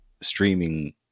streaming